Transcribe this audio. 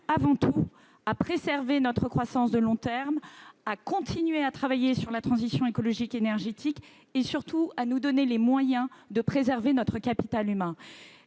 afin de préserver notre croissance à long terme. Il continuera à travailler sur la transition écologique et énergétique et, surtout, à nous donner les moyens de préserver notre capital humain.